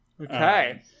Okay